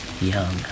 Young